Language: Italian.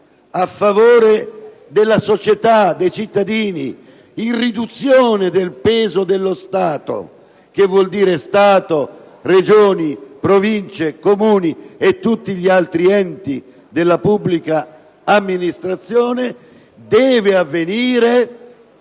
a favore della società, dei cittadini, in riduzione del peso dello Stato (che vuol dire Stato, Regioni, Province, Comuni e tutti gli altri enti della pubblica amministrazione) deve avvenire